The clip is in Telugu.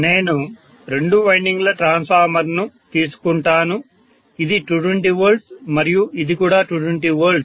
నేను రెండు వైండింగ్ల ట్రాన్స్ఫార్మర్ను తీసుకుంటాను ఇది 220V మరియు ఇది కూడా 220 V